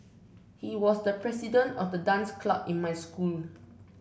he was the president of the dance club in my school